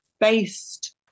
based